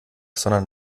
sondern